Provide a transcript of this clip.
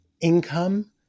income